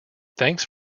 thanks